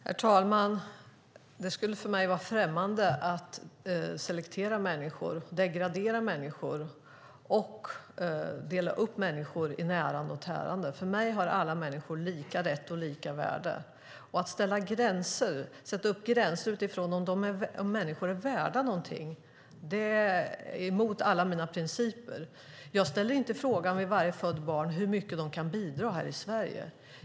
Herr talman! Det är för mig främmande att selektera människor, degradera människor och dela upp människor i närande och tärande. För mig har alla människor lika rätt och lika värde. Att sätta gränser utifrån om människor är värda något är emot alla mina principer. Jag ställer inte frågan om varje fött barn hur mycket de kan bidra här i Sverige.